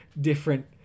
different